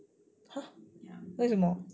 !huh! 为什么